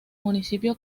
municipio